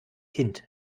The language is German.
kind